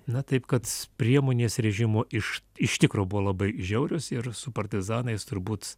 na taip kad priemonės režimo iš iš tikro buvo labai žiaurios ir su partizanais turbūt